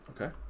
Okay